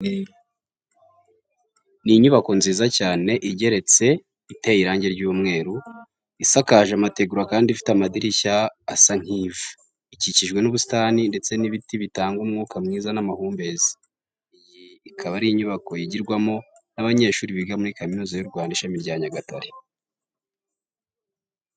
Ni inyubako nziza cyane igeretse iteye irange ry'umweru, isakaje amategura kandi ifte amadirishya asa nk'ivu. Ikikijwe n'ubusitani ndetse n'ibiti bitanga umwuka mwiza n'amahumbezi. Iyi ikaba ari inyubako yigirwamo n'abanyeshuri biga muri Kaminuza y'u Rwanda ishami rya Nyagatare.